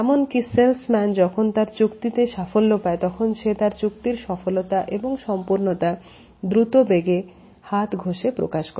এমনকি সেলসম্যান যখন তার চুক্তিতে সাফল্য পায় তখন সে তার চুক্তির সফলতা এবং সম্পূর্ণতা দ্রুতবেগে হাত ঘষে প্রকাশ করে